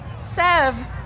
Sev